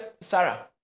sarah